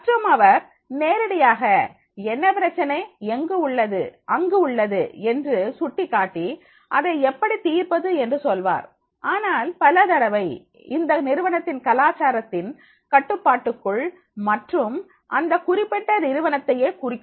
மற்றும் அவர் நேரடியாக என்ன பிரச்சனை அங்கு உள்ளது என்று சுட்டிக்காட்டி அதை எப்படி தீர்ப்பது என்று சொல்வார் ஆனால் பலதடவை இது நிறுவனத்தின் கலாச்சாரத்தின் கட்டுப்பாட்டுக்குள் மற்றும் அந்த குறிப்பிட்ட நிறுவனத்தையே குறிக்கும்